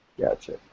Gotcha